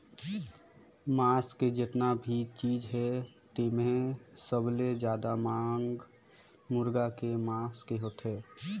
मांस के जेतना भी चीज हे तेम्हे सबले जादा मांग मुरगा के मांस के होथे